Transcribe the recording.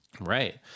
Right